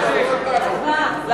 לא צריך, אני לא רוצה.